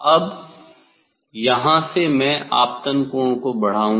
अब यहाँ से मैं आपतन कोण को बढ़ाऊंगा